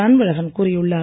அன்பழகன் கூறியுள்ளார்